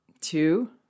Two